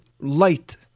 light